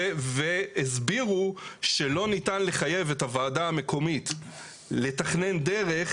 והסבירו שלא ניתן לחייב את הוועדה המקומית לתכנן דרך